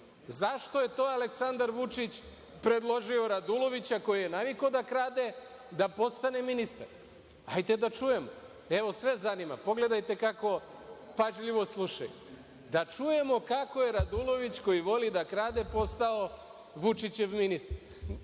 je to Aleksandar Vučić predložio Radulovića, koji je navikao da krade, da postane ministar? Hajde da čujemo. Evo, sve zanima. Pogledajte kako pažljivo slušaju. Da čujemo kako je Radulović koji voli da krade postao Vučićev ministar?